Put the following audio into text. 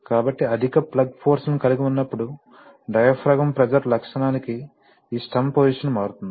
కాబట్టి అధిక plug force లను కలిగి ఉన్నప్పుడు డయాఫ్రాగమ్ ప్రెజర్ లక్షణానికి ఈ స్టెమ్ పోసిషన్ మారుతుంది